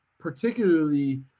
Particularly